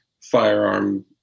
firearm